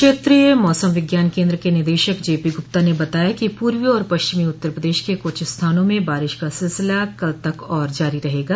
क्षेत्रीय मौसम विज्ञान केन्द्र के निदेशक जेपी गुप्ता ने बताया कि पूर्वी और पश्चिमी उत्तर प्रदेश के कुछ स्थानों में बारिश का सिलसिला कल तक और जारी रहेगा